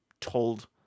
told